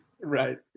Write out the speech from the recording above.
Right